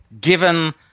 Given